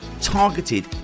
targeted